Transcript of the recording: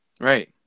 Right